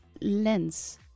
lens